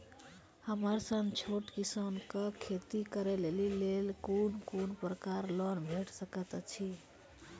हमर सन छोट किसान कअ खेती करै लेली लेल कून कून प्रकारक लोन भेट सकैत अछि?